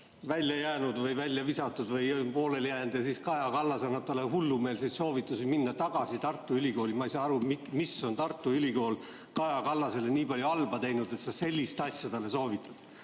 välja jäänud või välja visatud või et see on pooleli jäänud, ja siis Kaja Kallas annab talle hullumeelseid soovitusi minna tagasi Tartu Ülikooli. Ma ei saa aru, mida on Tartu Ülikool Kaja Kallasele nii halba teinud, et ta sellist asja talle soovib.